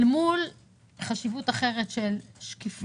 אל מול חשיבות אחרת של שקיפות?